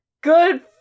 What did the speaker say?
good